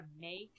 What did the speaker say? make